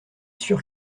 sûr